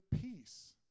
peace